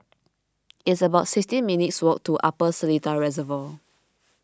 it's about sixteen minutes' walk to Upper Seletar Reservoir